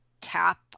tap